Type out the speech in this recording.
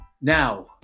Now